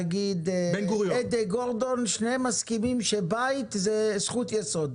וא"ד גורדון, שניהם מסכימים שבית זה זכות יסוד.